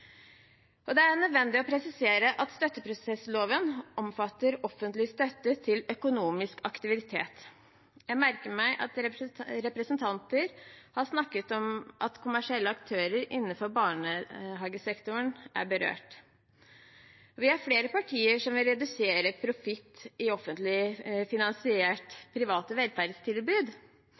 Det er nødvendig å presisere at støtteprosessloven omfatter offentlig støtte til økonomisk aktivitet. Jeg merker meg at representanter har snakket om at kommersielle aktører innenfor barnehagesektoren er berørt. Vi er flere partier som vil redusere profitt i offentlig finansierte private velferdstilbud,